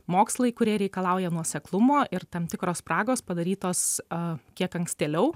mokslai kurie reikalauja nuoseklumo ir tam tikros spragos padarytos a kiek ankstėliau